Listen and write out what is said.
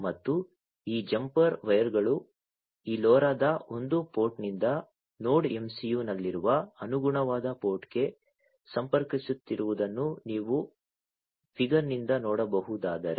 ಮತ್ತು ಈ ಜಂಪರ್ ವೈರ್ಗಳು ಈ LoRaದ ಒಂದು ಪೋರ್ಟ್ನಿಂದ ನೋಡ್ MCU ನಲ್ಲಿರುವ ಅನುಗುಣವಾದ ಪೋರ್ಟ್ಗೆ ಸಂಪರ್ಕಿಸುತ್ತಿರುವುದನ್ನು ನೀವು ಫಿಗರ್ನಿಂದ ನೋಡಬಹುದಾದರೆ